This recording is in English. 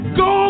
go